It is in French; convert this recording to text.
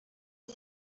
est